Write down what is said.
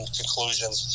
conclusions